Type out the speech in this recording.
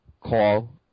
call